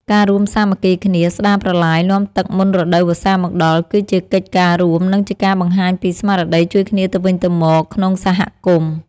ការរួមសាមគ្គីគ្នាស្ដារប្រឡាយនាំទឹកមុនរដូវវស្សាមកដល់គឺជាកិច្ចការរួម និងជាការបង្ហាញពីស្មារតីជួយគ្នាទៅវិញទៅមកក្នុងសហគមន៍។